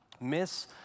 miss